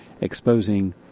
exposing